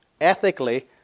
ethically